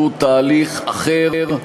תהליך אחר כלשהו,